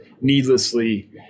needlessly